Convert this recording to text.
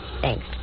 Thanks